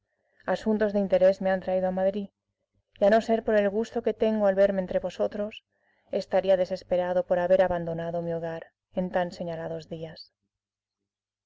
asuntos de interés me han traído a madrid y a no ser por el gusto que tengo al verme entro vosotros estaría desesperado por haber abandonado mi hogar en tan señalados días